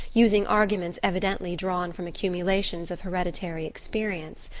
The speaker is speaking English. using arguments evidently drawn from accumulations of hereditary experience.